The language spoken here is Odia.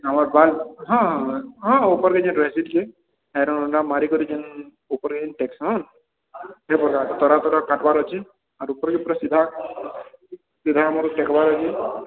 ଆମର ବାଲ୍ ହଁ ଉପର ଦେଖି ଆଇରନ୍ ମାରିକିରି ଯେନ୍ ଉପରେ ଯେନ୍ ଟେକସନ୍ ତରା ତରା କଟିବାର୍ ଅଛି ଆର୍ ଉପରକେ ସିଧା ସିଧା ଟେକବାର୍ ଅଛେ